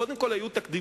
קודם כול, היו תקדימים,